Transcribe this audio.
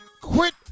quit